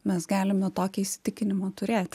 mes galime tokį įsitikinimą turėti